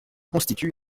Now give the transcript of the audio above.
constitue